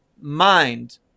mind